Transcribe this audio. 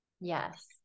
Yes